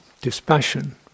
dispassion